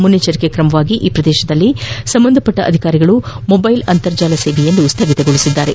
ಮುನ್ನಚ್ಚರಿಕೆ ಕ್ರಮವಾಗಿ ಈ ಪ್ರದೇಶದಲ್ಲಿ ಸಂಬಂಧ ಪಟ್ಟ ಅಧಿಕಾರಿಗಳು ಮೊಬೈಲ್ ಅಂತರ್ಜಾಲ ಸೇವೆಯನ್ನು ಸ್ಥಗಿತಗೊಳಿಸಿದ್ದಾರೆ